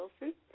Wilson